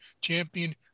champion